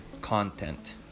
Content